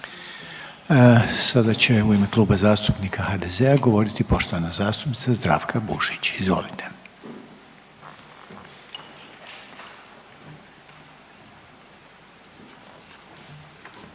Sada će u ime Kluba zastupnika HDZ-a govoriti poštovana zastupnica Zdravka Bušić, izvolite.